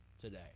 today